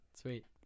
sweet